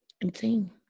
insane